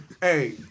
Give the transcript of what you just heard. Hey